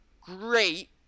great